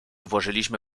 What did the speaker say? włożyliśmy